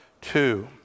two